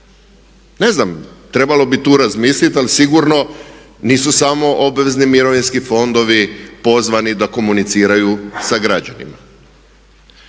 Ne znam, trebalo bi tu razmisliti, ali sigurno nisu samo obvezni mirovinski fondovi pozvani da komuniciraju sa građanima.